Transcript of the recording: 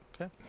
okay